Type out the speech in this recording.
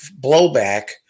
blowback